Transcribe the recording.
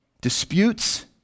Disputes